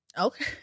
Okay